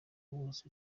ubuza